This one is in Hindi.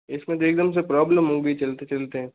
इसमें तो एकदम से प्रॉब्लेम हो गई चलते चलते